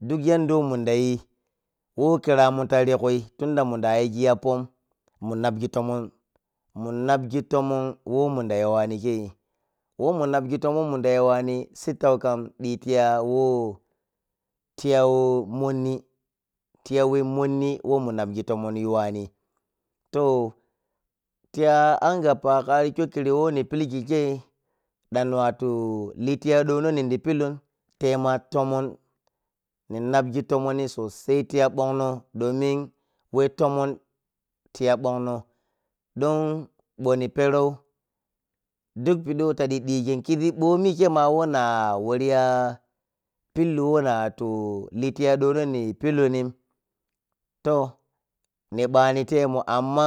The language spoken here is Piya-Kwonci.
Duk yanda whe mundayi who kiramun tari ya kwui tunda mundayigi yappon mun nappi tomon, mun napyi tomon who mundayiwani kei. Who wun napgi tomon who mundayiwani kei sittau kam ɗhi tiya who, tiya who monni tiyawe monni whe munnapgi tomon yiwani toh, tiya angappa ka ar kyokkiri whe ni pilgi kei ɗan ni wattu litiya ɗono nindun pilun tema tomon ni napyi tomonni sosai tiya bonnon domin whe tomon tiya bonno don bho niperou duk pidi whe taɗi ɗigin tsibomikeima who na waru ya pellu who ni wattu liy tiya donon nin pilunni toh ni bani temo amma